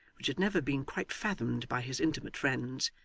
which had never been quite fathomed by his intimate friends,